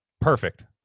perfect